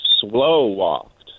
slow-walked